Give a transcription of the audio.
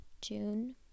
june